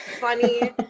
funny